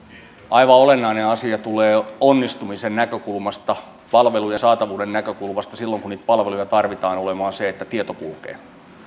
aivan olennainen asia onnistumisen näkökulmasta ja palvelujen saatavuuden näkökulmasta silloin kun niitä palveluja tarvitaan tulee olemaan se että tieto kulkee